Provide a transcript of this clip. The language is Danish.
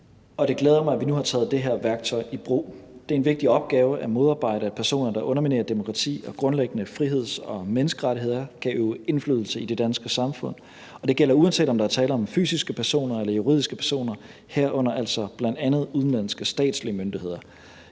og det glæder mig, at vi nu har taget det her værktøj i brug. Det er en vigtig opgave at modarbejde, at personer, der underminerer demokrati og grundlæggende friheds- og menneskerettigheder, kan øve indflydelse i det danske samfund, og det gælder, uanset om der er tale om fysiske personer eller juridiske personer, herunder altså bl.a. udenlandske statslige myndigheder.